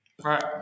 right